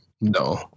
No